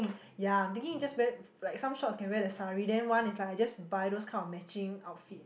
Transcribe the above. ya I'm thinking you just wear like some shots can wear the saree then one is like I just buy those kind of matching outfit